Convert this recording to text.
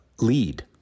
lead